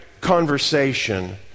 conversation